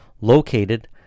Located